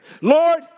Lord